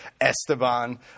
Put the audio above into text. Esteban